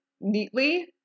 neatly